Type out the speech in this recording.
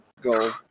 go